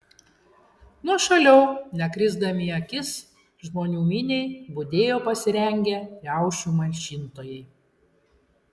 nuošaliau nekrisdami į akis žmonių miniai budėjo pasirengę riaušių malšintojai